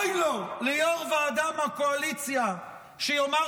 אוי לו ליו"ר ועדה מהקואליציה שיאמר